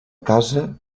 casa